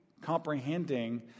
comprehending